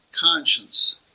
Conscience